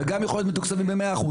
וגם יכול להיות מתוקצבים ב-100%.